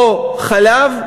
או חלב.